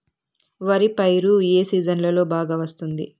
వరి పైరు ఏ సీజన్లలో బాగా వస్తుంది